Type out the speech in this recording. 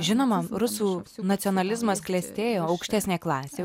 žinoma rusų nacionalizmas klestėjo aukštesnė klasė